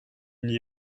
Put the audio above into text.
n’y